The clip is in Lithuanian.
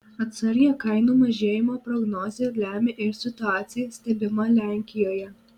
atsargią kainų mažėjimo prognozę lemia ir situacija stebima lenkijoje